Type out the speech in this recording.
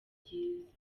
byiza